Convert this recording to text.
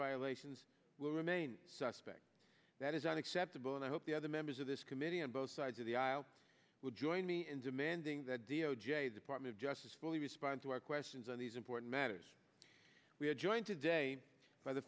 violations will remain suspect that is unacceptable and i hope the other members of this committee on both sides of the aisle will join me in demanding that d o j department of justice fully respond to our questions on these important matters we are joined today by the